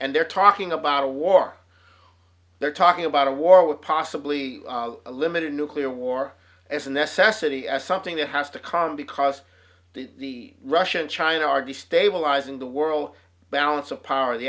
and they're talking about a war they're talking about a war with possibly a limited nuclear war as an s s a t as something that has to come because the russia and china are destabilizing the world balance of power the